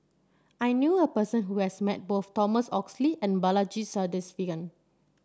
I knew a person who has met both Thomas Oxley and Balaji Sadasivan